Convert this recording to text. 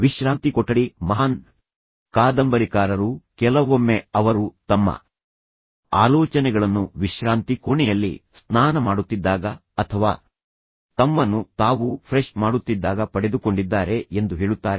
ವಿಶ್ರಾಂತಿ ಕೊಠಡಿ ಮಹಾನ್ ಕಾದಂಬರಿಕಾರರು ಕೆಲವೊಮ್ಮೆ ಅವರು ತಮ್ಮ ಆಲೋಚನೆಗಳನ್ನು ವಿಶ್ರಾಂತಿ ಕೋಣೆಯಲ್ಲಿ ಸ್ನಾನ ಮಾಡುತ್ತಿದ್ದಾಗ ಅಥವಾ ತಮ್ಮನ್ನು ತಾವು ಫ್ರೆಶ್ ಮಾಡುತ್ತಿದ್ದಾಗ ಪಡೆದುಕೊಂಡಿದ್ದಾರೆ ಎಂದು ಹೇಳುತ್ತಾರೆ